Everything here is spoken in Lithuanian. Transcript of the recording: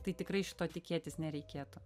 tai tikrai šito tikėtis nereikėtų